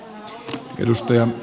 arvoisa puhemies